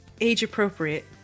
Age-appropriate